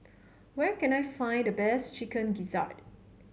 where can I find the best Chicken Gizzard